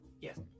Yes